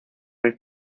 rey